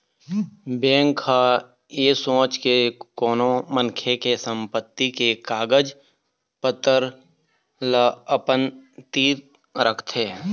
bank ह ऐ सोच के कोनो मनखे के संपत्ति के कागज पतर ल अपन तीर रखथे